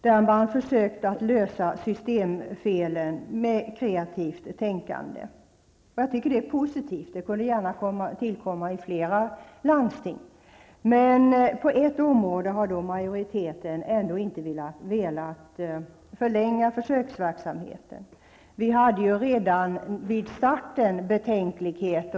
Där har man försökt att lösa systemfelen med kreativt tänkande. Det är positivt. Det kunde gärna tillkomma i fler landsting. Men på ett område har majoriteten inte velat förlänga försöksverksamheten. Vi hade ju redan vid starten betänkligheter.